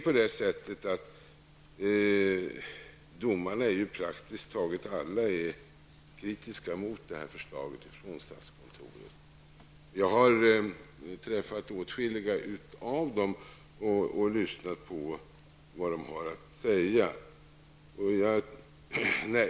Praktiskt taget alla domare är kritiska mot detta förslag från statskontoret. Jag har träffat åtskilliga av dem och lyssnat på vad de har att säga.